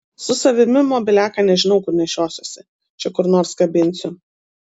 su savimi mobiliaką nežinau kur nešiosiuosi čia kur nors kabinsiu